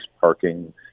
parking